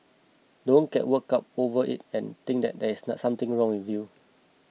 don't get worked up over it and think that there is something wrong with you